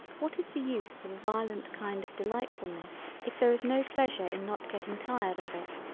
what is the use of a violent kind of delightfulness if there is no pleasure in not getting tired of it.